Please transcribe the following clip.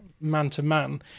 man-to-man